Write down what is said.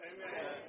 Amen